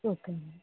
okay అండి